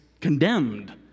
condemned